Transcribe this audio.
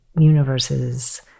universe's